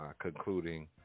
concluding